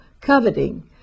coveting